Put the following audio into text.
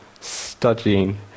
studying